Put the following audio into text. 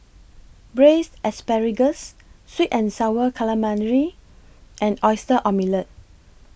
Braised Asparagus Sweet and Sour Calamari and Oyster Omelette